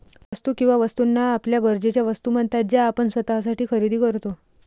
वस्तू किंवा वस्तूंना आपल्या गरजेच्या वस्तू म्हणतात ज्या आपण स्वतःसाठी खरेदी करतो